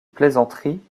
plaisanterie